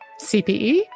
CPE